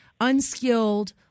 unskilled